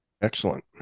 Excellent